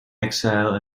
exile